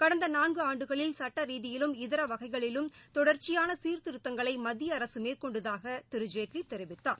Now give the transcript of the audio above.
கடந்த நான்கு ஆண்டுகளில் சட்ட ரீதியிலும் இதர வகைகளிலும் தொடர்ச்சியான சீர்திருத்தங்களை மத்திய அரசு மேற்கொண்டதாக திரு ஜேட்வி தெரிவித்தார்